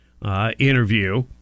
Interview